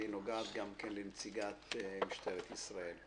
והיא נוגעת גם כן לנציגת משטרת ישראל.